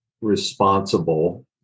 responsible